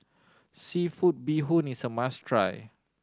seafood bee hoon is a must try